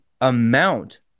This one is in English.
amount